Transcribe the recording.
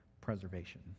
preservation